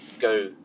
go